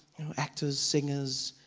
you know actors, singers,